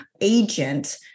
agent